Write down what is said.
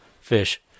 fish